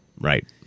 Right